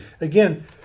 again